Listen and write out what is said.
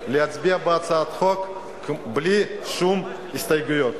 להצביע בעד הצעת החוק בלי שום הסתייגויות.